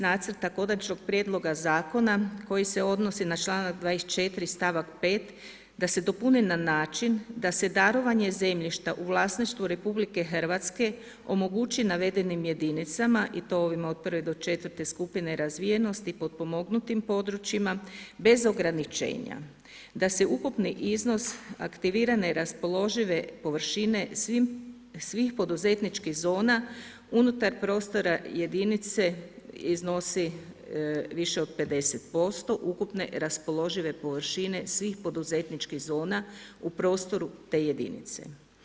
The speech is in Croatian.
Nacrta konačnog prijedloga zakona koji se odnosi na članak 24. stavak 5. da se dopuni na način da se darovanje zemljišta u vlasništvu RH omogući navedenim jedinicama i to ovima od prve do četvrte skupine razvijenosti, potpomognutim područjima bez ograničenja, da se ukupni iznos aktivirane raspoložive površine svih poduzetničkih zona unutar prostora jedinice iznosi više od 50% ukupne raspoložive površine svih poduzetničkih zona u prostoru te jedinice.